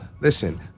listen